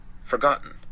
forgotten